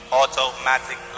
automatic